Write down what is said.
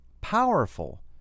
powerful